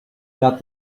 cut